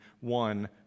one